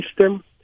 system